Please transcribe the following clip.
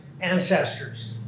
ancestors